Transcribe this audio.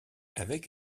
avec